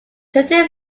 twenty